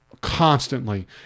constantly